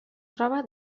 troba